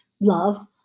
love